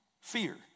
fear